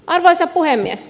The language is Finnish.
arvoisa puhemies